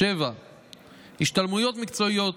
7. השתלמויות מקצועיות,